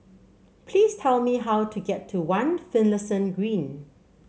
please tell me how to get to One Finlayson Green